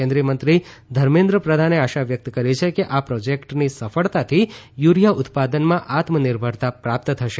કેન્દ્રીય મંત્રી ધર્મેન્દ્ર પ્રધાને આશા વ્યકત કરી કે આ પ્રોજેકટની સફળતાથી યુરીયા ઉત્પાદનમાં આત્મનિર્ભરતા પ્રાપ્ત થશે